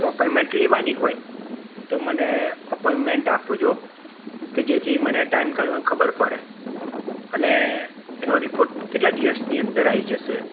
જો અપોઈમેન્ટ લેવાની હોય તો મને અપોઈમેન્ટ આપજો કે જેથી મને ટાઈમ કાઢવાનો ખબર પડે અને એનો રિપોર્ટ કેટલા દિવસની અંદર આવી જશે